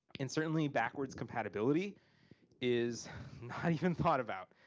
and certainly backwards compatibility is not even thought about.